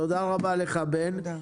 תודה רבה לך בן.